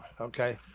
okay